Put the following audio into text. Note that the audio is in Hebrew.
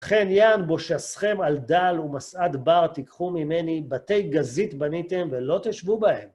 חן יאן בו שסכם על דל ומסעד בר תיקחו ממני בתי גזית בניתם ולא תשבו בהם.